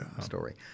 story